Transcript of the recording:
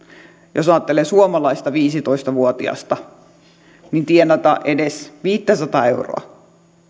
jos ajattelee suomalaista viisitoista vuotiasta tienata edes viittäsataa euroa